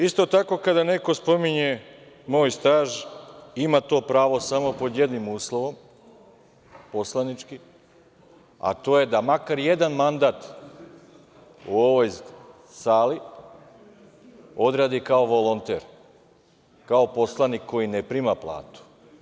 Isto tako, kada neko spominje moj staž ima to pravo samo pod jednim uslovom, poslanički, a to je da makar jedan mandat u ovoj sali odradi kao volonter, kao poslanik koji ne prima platu.